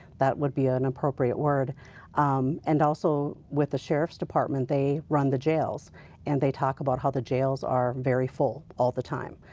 that would be ah an appropriate word um and also with the sheriff's department they run the jails and they talk about how the jails are very full all the time.